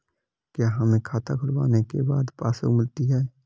क्या हमें खाता खुलवाने के बाद पासबुक मिलती है?